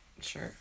Sure